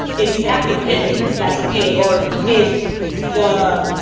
if you have to pivot that's okay, or if the